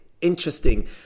Interesting